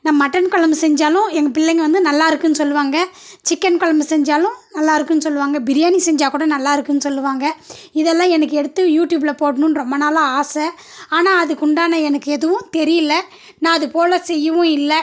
நான் மட்டன் குழம்பு செஞ்சாலும் எங்கள் பிள்ளைங்கள் வந்து நல்லாயிருக்குன்னு சொல்வாங்க சிக்கன் குழம்பு செஞ்சாலும் நல்லாயிருக்குன்னு சொல்லுவாங்க பிரியாணி செஞ்சால்கூட நல்லாயிருக்குன்னு சொல்லுவாங்க இதெல்லாம் எனக்கு எடுத்து யூட்யூப்பில் போடணும்னு ரொம்ப நாளாக ஆசை ஆனால் அதுக்குண்டான எனக்கு எதுவும் தெரியிலை நான் அது போல செய்யவும் இல்லை